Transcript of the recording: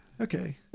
Okay